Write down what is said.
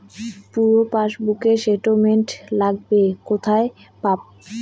পুরো পাসবুকের স্টেটমেন্ট লাগবে কোথায় পাব?